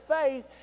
faith